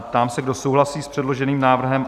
Ptám se, kdo souhlasí s předloženým návrhem?